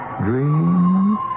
dreams